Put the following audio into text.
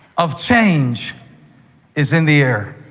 of change is in the air.